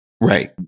Right